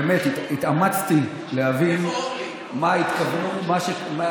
באמת התאמצתי להבין למה התכוונו במה